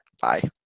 bye